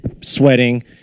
sweating